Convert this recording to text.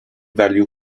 value